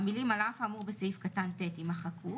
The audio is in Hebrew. המילים "על אף האמור בסעיף (ט)" יימחקו.